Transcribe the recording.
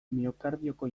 miokardioko